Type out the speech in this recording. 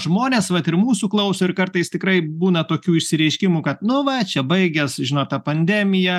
žmonės vat ir mūsų klauso ir kartais tikrai būna tokių išsireiškimų kad nu va čia baigias žinot ta pandemija